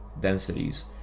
densities